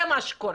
זה מה שקורה.